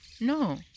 no